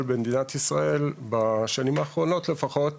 במדינת ישראל בשנים האחרונות לפחות,